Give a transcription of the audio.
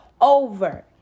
over